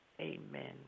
Amen